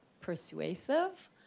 persuasive